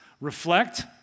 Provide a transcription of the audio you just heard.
reflect